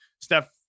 Steph